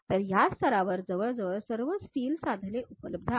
तर या स्तरावर जवळजवळ सर्व स्टील साधने उपलब्ध आहेत